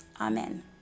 amen